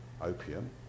opium